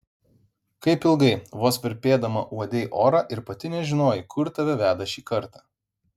kaip ilgai vos virpėdama uodei orą ir pati nežinojai kur tave veda šį kartą